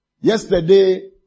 yesterday